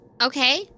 Okay